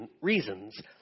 reasons